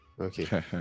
okay